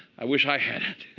i wish i had it.